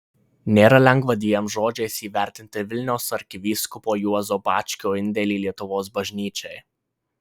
nėra lengva dviem žodžiais įvertinti vilniaus arkivyskupo juozo bačkio indėlį lietuvos bažnyčiai